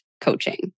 coaching